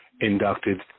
inducted